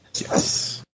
Yes